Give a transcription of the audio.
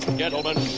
gentlemen,